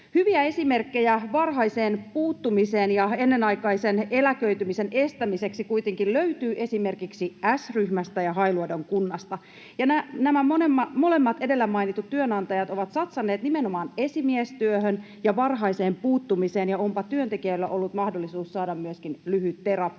Hyviä esimerkkejä varhaisesta puuttumisesta ja ennenaikaisen eläköitymisen estämisestä kuitenkin löytyy esimerkiksi S‑ryhmästä ja Hailuodon kunnasta. Nämä molemmat edellä mainitut työnantajat ovat satsanneet nimenomaan esimiestyöhön ja varhaiseen puuttumiseen, ja onpa työntekijöillä ollut mahdollisuus saada myöskin lyhytterapiaa,